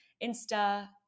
Insta